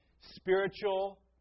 spiritual